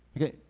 Okay